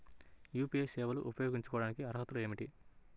UPI సేవలు ఉపయోగించుకోటానికి అర్హతలు ఏమిటీ?